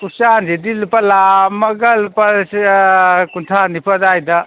ꯎꯆꯥꯟꯁꯤꯗꯤ ꯂꯨꯄꯥ ꯂꯥꯛ ꯑꯃꯒ ꯂꯨꯄꯥ ꯀꯨꯟꯊ꯭ꯔꯥ ꯅꯤꯐꯨ ꯑꯗꯥꯏꯗ